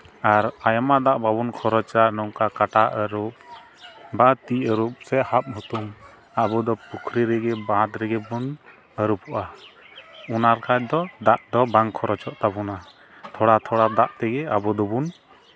ᱟᱨ ᱟᱭᱢᱟ ᱫᱟᱜ ᱵᱟᱵᱚᱱ ᱠᱷᱚᱨᱚᱪᱟ ᱱᱚᱝᱠᱟ ᱠᱟᱴᱟ ᱟᱹᱨᱩᱵ ᱵᱟ ᱛᱤ ᱟᱹᱨᱩᱵ ᱥᱮ ᱟᱵᱼᱦᱩᱛᱩᱢ ᱟᱵᱚ ᱫᱚ ᱯᱩᱠᱷᱨᱤ ᱨᱮᱜᱮ ᱵᱚᱱ ᱵᱟᱸᱫᱷ ᱨᱮᱜᱮ ᱵᱚᱱ ᱟᱹᱨᱩᱵᱚᱜᱼᱟ ᱚᱱᱟ ᱠᱷᱟᱱ ᱫᱚ ᱫᱟᱜ ᱫᱚ ᱵᱟᱝ ᱠᱷᱚᱨᱚᱪᱚᱜ ᱛᱟᱵᱚᱱᱟ ᱛᱷᱚᱲᱟ ᱛᱷᱚᱲᱟ ᱫᱟᱜ ᱛᱮᱜᱮ ᱟᱵᱚ ᱫᱚᱵᱚᱱ